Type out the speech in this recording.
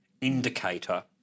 indicator